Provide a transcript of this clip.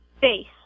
Face